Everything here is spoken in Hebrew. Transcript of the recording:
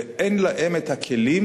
ואין להן כלים,